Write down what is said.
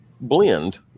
blend